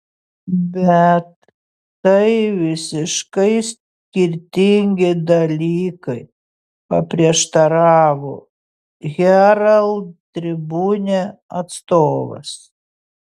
bet tai visiškai skirtingi dalykai paprieštaravo herald tribune atstovas